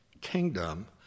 kingdom